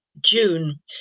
June